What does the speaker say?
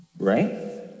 Right